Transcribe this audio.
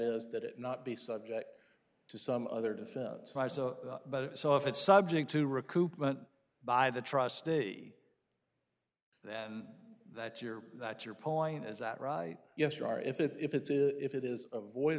is that it not be subject to some other defense but so if it's subject to recoupment by the trustee then that's your that's your point is that right yes you are if it's is if it is